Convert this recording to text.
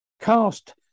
Cast